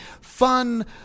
fun